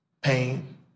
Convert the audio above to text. pain